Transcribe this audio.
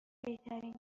بهترین